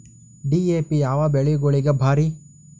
DAP ಯಾವ ಬೆಳಿಗೊಳಿಗ ಭಾರಿ?